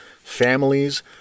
families